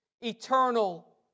Eternal